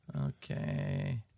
Okay